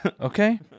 Okay